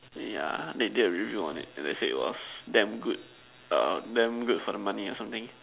yeah they did a review on it and they say it was damn good err damn good for the money or something